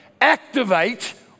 activate